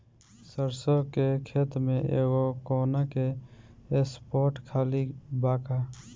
सरसों के खेत में एगो कोना के स्पॉट खाली बा का?